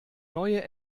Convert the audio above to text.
neue